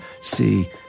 See